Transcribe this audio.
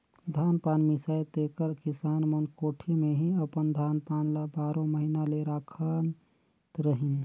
धान पान मिसाए तेकर किसान मन कोठी मे ही अपन धान पान ल बारो महिना ले राखत रहिन